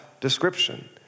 description